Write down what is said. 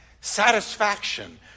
Satisfaction